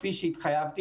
כפי שהתחייבתי,